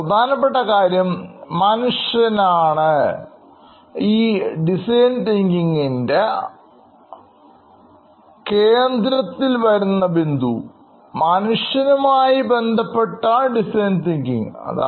പ്രധാനപ്പെട്ട കാര്യം മനുഷ്യനാണ് ആണ് മധ്യത്തിൽഉള്ളത്